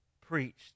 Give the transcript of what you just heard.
preached